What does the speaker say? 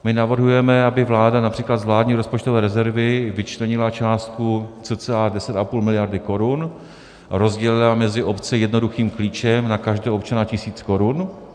My navrhujeme, aby vláda například z vládní rozpočtové rezervy vyčlenila částku cca 10,5 mld. korun, rozdělila mezi obce jednoduchým klíčem, na každého občana tisíc korun.